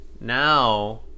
now